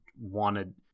wanted